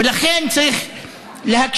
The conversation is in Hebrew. ולכן צריך להקשיב.